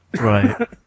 Right